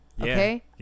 Okay